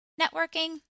networking